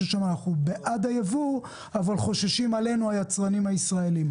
אנחנו בעד היבוא אבל חוששים עלינו היצרנים הישראלים.